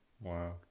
Wow